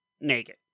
naked